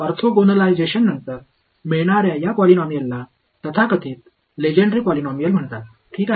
ऑर्थोगोनॅलायझेशननंतर मिळणाऱ्या या पॉलिनॉमियलला तथाकथित लेजेंड्रे पॉलिनॉमियल म्हणतात ठीक आहे